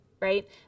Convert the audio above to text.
Right